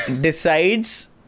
decides